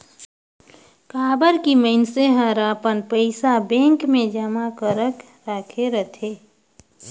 काबर की मइनसे हर अपन पइसा बेंक मे जमा करक राखे रथे